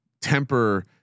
temper